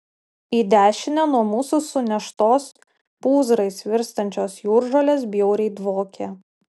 į dešinę nuo mūsų suneštos pūzrais virstančios jūržolės bjauriai dvokė